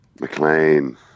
McLean